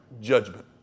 judgment